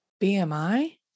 BMI